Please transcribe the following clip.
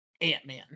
Ant-Man